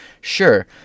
Sure